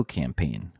campaign